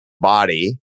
body